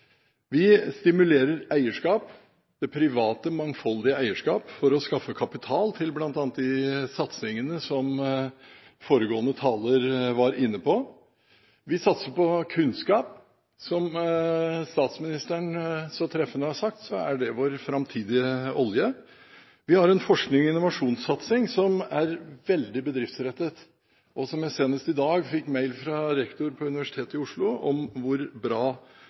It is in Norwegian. Vi stimulerer eierskap, det private, mangfoldige eierskap for å skaffe kapital til bl.a. de satsingene som foregående taler var inne på. Vi satser på kunnskap. Som statsministeren så treffende har sagt, er det vår framtidige olje. Vi har en forsknings- og innovasjonssatsing som er veldig bedriftsrettet, og senest i dag fikk jeg mail fra rektor på Universitetet i Oslo om hvor bra